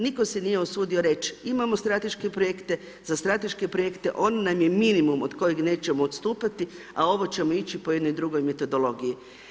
Nitko se nije usudio reći, imamo strateške projekte, za strateške projekte ono nam je minimum od kojeg nećemo odstupati a ovo ćemo ići po jednoj drugoj metodologiji.